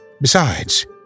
Besides